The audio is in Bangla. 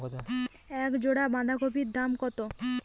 এক জোড়া বাঁধাকপির দাম কত?